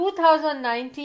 2019